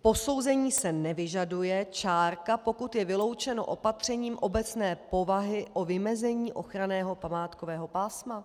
posouzení se nevyžaduje, pokud je vyloučeno opatřením obecné povahy o vymezení ochranného památkového pásma.